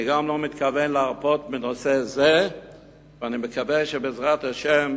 אני לא מתכוון להרפות מנושא זה ומקווה שבעזרת השם,